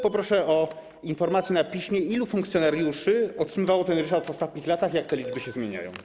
Proszę o informację na piśmie, ilu funkcjonariuszy otrzymywało ten ryczałt w ostatnich latach, jak te liczby się zmieniają.